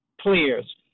players